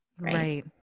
right